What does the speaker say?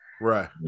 Right